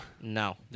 No